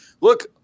look